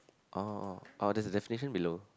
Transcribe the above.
oh oh oh that's the definition below